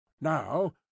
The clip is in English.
Now